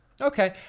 Okay